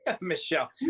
michelle